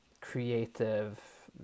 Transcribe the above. creative